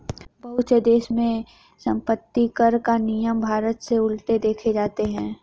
बहुत से देशों में सम्पत्तिकर के नियम भारत से उलट देखे जाते हैं